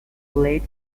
late